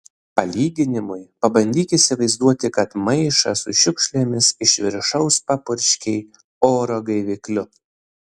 palyginimui pabandyk įsivaizduoti kad maišą su šiukšlėmis iš viršaus papurškei oro gaivikliu